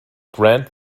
grant